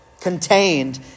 contained